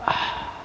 ah